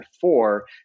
four